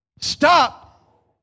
Stop